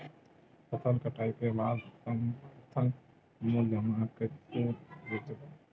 फसल कटाई के बाद समर्थन मूल्य मा कइसे बेचबो?